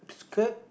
skirt